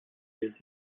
wir